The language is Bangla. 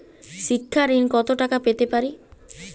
শিক্ষা ঋণ কত টাকা পেতে পারি?